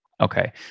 Okay